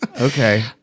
Okay